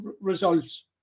results